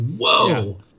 whoa